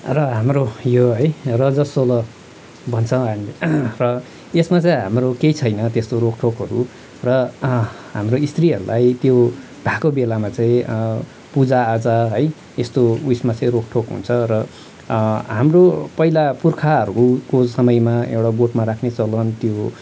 र हाम्रो यो है रजस्वला भन्छ र यसमा चाहिँ हाम्रो केही छैन त्यस्तो रोकटोकहरू र हाम्रो स्त्रीहरूलाई त्यो भएको बेलामा चाहिँ पूजाआजा है यस्तो उयेसमा चाहिँ रोकटोक हुन्छ र हाम्रो पहिला पुर्खाहरूको समयमा एउटा गोठमा राख्ने चलन त्यो